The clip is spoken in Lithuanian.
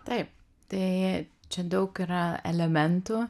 taip tai čia daug yra elementų